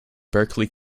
berkeley